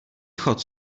chod